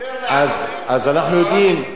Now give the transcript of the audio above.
אז אנחנו יודעים,